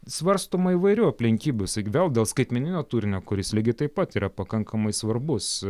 svarstoma įvairių aplinkybių vėl dėl skaitmeninio turinio kuris lygiai taip pat yra pakankamai svarbus